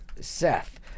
Seth